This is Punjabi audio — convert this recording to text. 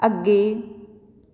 ਅੱਗੇ